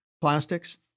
plastics